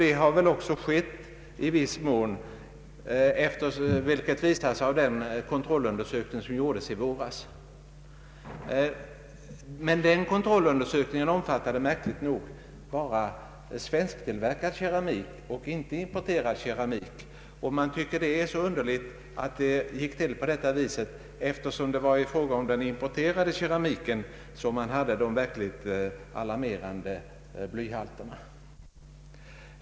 Så har väl också skett i viss mån, vilket visas av den kontrollundersökning som skedde i våras. Den undersökningen omfattade dock märkligt nog bara svensktillverkad keramik och inte importerad sådan. Jag tycker att det är underligt att det gick till på det viset, eftersom det var den importerade keramiken som innehöll de verkligt alarmerande blyhalterna.